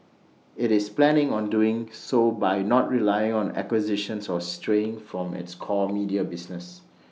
IT is planning on doing so by not relying on acquisitions or straying from its core media business